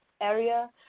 area